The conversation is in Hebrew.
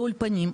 לא אולפנים,